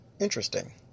interesting